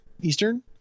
Eastern